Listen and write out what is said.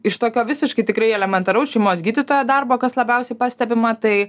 iš tokio visiškai tikrai elementaraus šeimos gydytojo darbo kas labiausiai pastebima tai